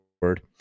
word